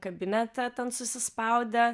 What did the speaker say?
kabinete ten susispaudę